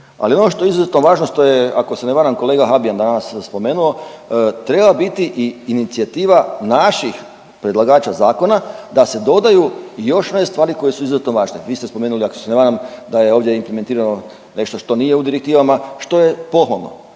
Ali ono što je izuzetno važno što je ako se ne varam kolega Habijan danas spomenuo treba biti i inicijativa naših predlagača zakona da se dodaju i još one stvari koje su izuzetno važne. Vi ste spomenuli ako se ne varam da je ovdje implementirano nešto što nije u direktivama što je pohvalno,